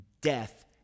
death